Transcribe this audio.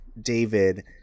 David